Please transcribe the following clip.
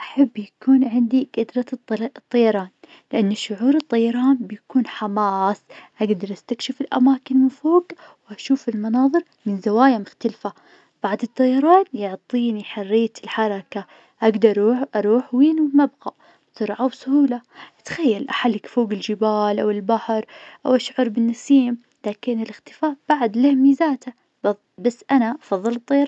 أحب يكون عندي قدرة الطل- الطيران, لأن شعور الطيران يكون حماااس, أقدر استكشف الأماكن فوق, واشوف المناظر من زوايا مختلفة, بعد الطيران يعطيني حرية الحركة, أقدر روه- أروح وين مابغى بسرعة وبسهولة, اتخيل أحلق فوق الجبال, أو البحر, أو اشعر بالنسيم, لكن الاختفاء, بعد له مميزاته بط- بس أنا افضل الطيران.